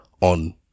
on